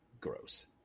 gross